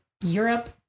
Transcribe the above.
Europe